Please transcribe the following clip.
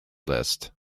list